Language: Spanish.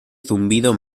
zumbido